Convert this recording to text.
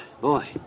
Boy